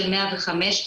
של 105,